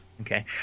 Okay